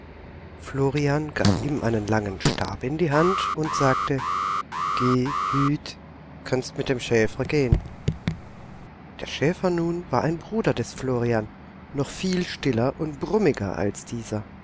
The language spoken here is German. florian gab ihm einen langen stab in die hand und sagte geh hüt kannst mit dem schäfer gehen der schäfer nun war ein bruder des florian noch viel stiller und brummiger als dieser